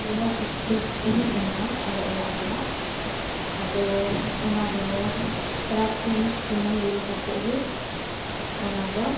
ᱟᱞᱮᱭᱟᱜ ᱤᱥᱴᱳᱵᱷ ᱛᱮᱦᱮᱸᱠᱟᱱᱟ ᱟᱞᱮ ᱚᱲᱟᱜ ᱨᱮᱭᱟᱜ ᱟᱫᱚ ᱚᱱᱟᱫᱚ ᱠᱮᱨᱟᱥᱤᱱ ᱥᱩᱱᱩᱢ ᱫᱩᱞ ᱠᱟᱛᱮᱫᱜᱮ ᱚᱱᱟᱫᱚ